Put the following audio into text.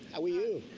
how are you?